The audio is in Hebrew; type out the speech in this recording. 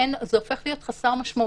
ככה זה בעצם הופך להיות חסר משמעות.